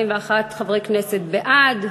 41 חברי כנסת בעד,